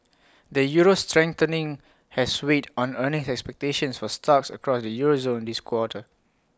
the euro's strengthening has weighed on earnings expectations for stocks across the euro zone this quarter